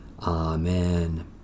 Amen